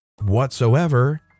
Whatsoever